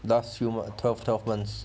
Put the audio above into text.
last few twelve twelve months